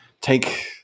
take